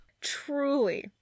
Truly